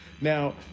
Now